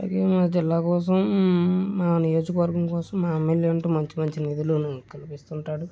అలాగే మా జిల్లా కోసం మా నియోజకవర్గం కోసం మా ఎమ్మెల్యే అంటూ మంచి మంచి నిధులను కల్పిస్తూ ఉంటాడు